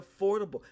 affordable